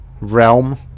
realm